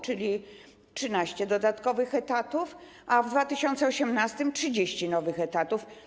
Czyli 13 dodatkowych etatów, a w 2018 r. było 30 nowych etatów.